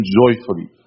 joyfully